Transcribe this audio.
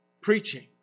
preaching